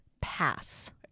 pass